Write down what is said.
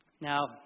Now